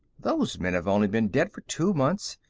those men have only been dead for two months,